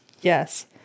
Yes